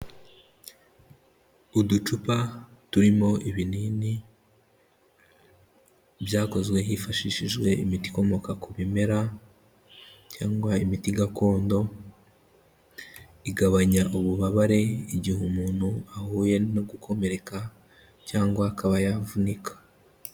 Uducupa turimo ibinini byakozwe hifashishijwe imiti ikomoka ku bimera cyangwa imiti gakondo, igabanya ububabare igihe umuntu ahuye no gukomereka cyangwa akaba yavunika.